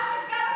הערות ביניים של,